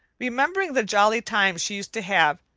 remembering the jolly times she used to have,